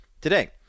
today